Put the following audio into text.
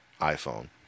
iPhone